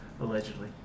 Allegedly